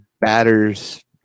batters